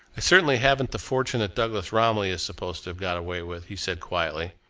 i certainly haven't the fortune that douglas romilly is supposed to have got away with, he said quietly.